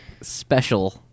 special